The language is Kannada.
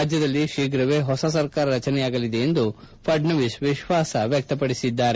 ರಾಜ್ಯದಲ್ಲಿ ಶೀಘ್ರವೇ ಹೊಸ ಸರ್ಕಾರ ರಚನೆಯಾಗಲಿದೆ ಎಂದು ಫಡ್ನವೀಸ್ ವಿಶ್ವಾಸ ವ್ಕಕಪಡಿಸಿದ್ದಾರೆ